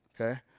Okay